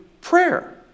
prayer